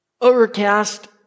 overcast